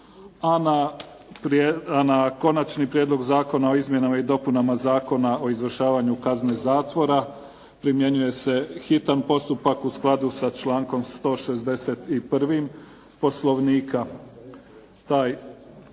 a na Konačni prijedlog zakona o izmjenama i dopunama Zakona o izvršavanju kazne zatvora primjenjuje se hitan postupak u skladu sa člankom 161. Poslovnika. Taj hitan